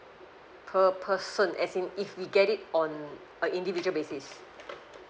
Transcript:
per person as in if we get it on a individual basis